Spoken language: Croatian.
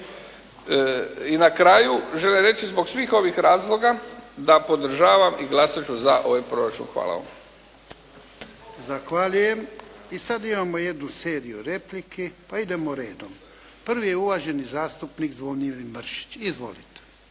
I na kraju želim reći zbog svih ovih razloga da podržavam i glasat ću za ovaj proračun. Hvala vam. **Jarnjak, Ivan (HDZ)** Zahvaljujem. I sad imamo jednu seriju replika, pa idemo redom. Prvi je uvaženi zastupnik Zvonimir Mršić. Izvolite.